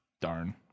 darn